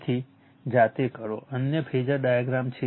તે જાતે કરો અન્ય ફેઝર ડાયાગ્રામ છે